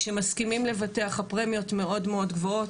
כשמסכימים לבטח הפרמיות מאוד גבוהות.